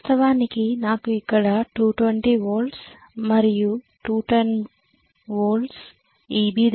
వాస్తవానికి నాకు ఇక్కడ 220 వోల్ట్సు మరియు 210 వోల్ట్సు Eb దగ్గర ఉన్నాయి